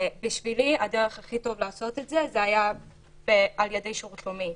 ובשבילי הדרך הכי טובה לעשות את זה זה היה על ידי שירות לאומי.